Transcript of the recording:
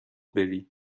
بری